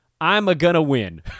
I'm-a-gonna-win